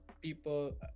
people